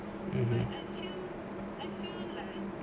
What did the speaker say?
mmhmm